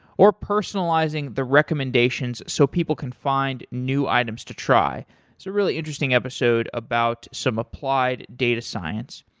or personalizing the recommendations so people can find new items to try. it's a really interesting episode about some applied data science.